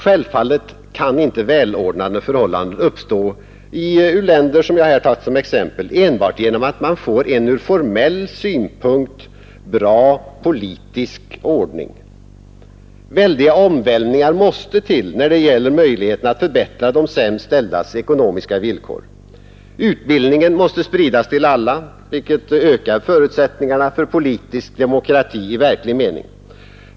Självfallet kan inte välordnade förhållanden uppstå i de u-länder jag här tagit som exempel enbart genom att de får en ur formell synpunkt bra politisk ordning. Väldiga omvälvningar måste till när det gäller möjligheten att förbättra de sämst ställdas ekonomiska villkor. Utbildningen måste spridas till alla, vilket ökar förutsättningarna för politisk demokrati i verklig mening.